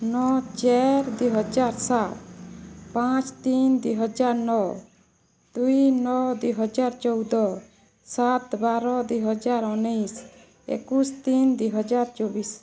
ନଅ ଚାର ଦିହଜାର ସାତ ପାଞ୍ଚ ତିନ ଦିହଜାର ନଅ ଦୁଇ ନଅ ଦିହଜାର ଚଉଦ ସାତ ବାର ଦିଇହଜାର ଉଣେଇଶ ଏକୋଇଶ ତିନ ଦିହଜାର ଚବିଶ